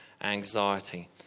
anxiety